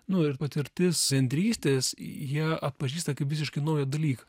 nu ir patirtis bendrystės jie atpažįsta kaip visiškai naują dalyką